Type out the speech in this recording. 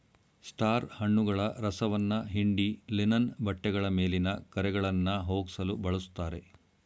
star ಹಣ್ಣುಗಳ ರಸವನ್ನ ಹಿಂಡಿ ಲಿನನ್ ಬಟ್ಟೆಗಳ ಮೇಲಿನ ಕರೆಗಳನ್ನಾ ಹೋಗ್ಸಲು ಬಳುಸ್ತಾರೆ